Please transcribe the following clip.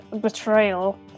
betrayal